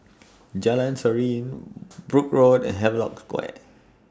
Jalan Serene Brooke Road Havelock Square